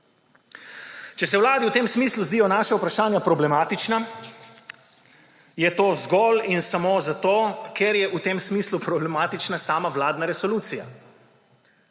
Če se Vladi v tem smislu zdijo naša vprašanja problematična, je to zgolj in samo zato, ker je v tem smislu problematična sama vladna resolucija.